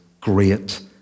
great